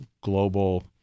global